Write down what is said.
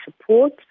support